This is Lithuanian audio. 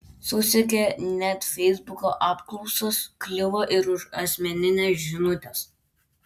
susekė net feisbuko apklausas kliuvo ir už asmenines žinutes